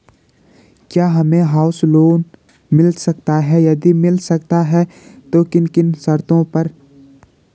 क्या हमें house loan मिल सकता है यदि मिल सकता है तो किन किन शर्तों पर?